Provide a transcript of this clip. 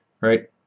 Right